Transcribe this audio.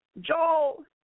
Joel